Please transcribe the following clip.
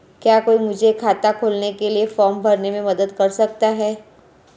क्या कोई मुझे खाता खोलने के लिए फॉर्म भरने में मदद कर सकता है?